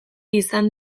izan